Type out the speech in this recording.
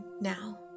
Now